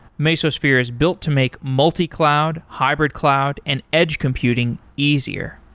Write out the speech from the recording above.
mesosphere is built to make multi-cloud, hybrid cloud and edge computing easier.